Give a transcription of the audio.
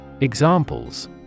Examples